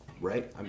right